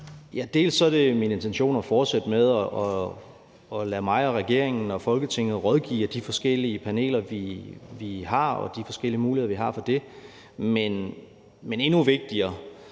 Det er min intention at fortsætte med at lade mig og regeringen og Folketinget rådgive af de forskellige paneler, vi har, og bruge de forskellige muligheder, vi har for det. Men endnu vigtigere